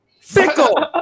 fickle